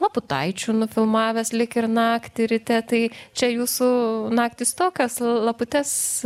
laputaičių nufilmavęs lyg ir naktį ryte tai čia jūsų naktys tokios laputes